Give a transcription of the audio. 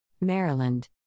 Maryland